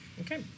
Okay